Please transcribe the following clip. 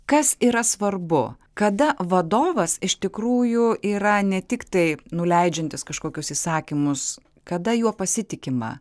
kas yra svarbu kada vadovas iš tikrųjų yra ne tiktai nuleidžiantis kažkokius įsakymus kada juo pasitikima